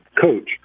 coach